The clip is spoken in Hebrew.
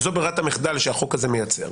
זו ברירת המחדל שהחוק הזה מייצר.